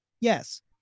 Yes